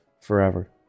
forever